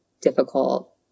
difficult